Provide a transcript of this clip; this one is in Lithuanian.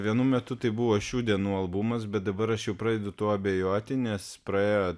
vienu metu tai buvo šių dienų albumas bet dabar aš jau pradedu abejoti nes praėjo